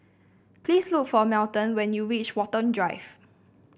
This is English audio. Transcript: please look for Melton when you reach Watten Drive